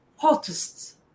hottest